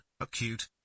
acute